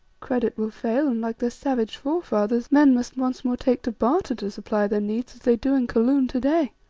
credit will fail and, like their savage forefathers, men must once more take to barter to supply their needs as they do in kaloon to-day.